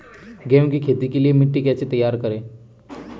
गेहूँ की खेती के लिए मिट्टी कैसे तैयार करें?